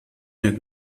mehr